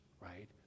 right